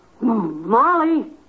Molly